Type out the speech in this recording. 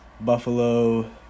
Buffalo